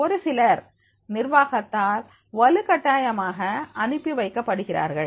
ஒரு சிலர் நிர்வாகத்தால் வலுக்கட்டாயமாக அனுப்பி வைக்கப்படுகிறார்கள்